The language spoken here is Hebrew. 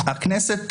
הכנסת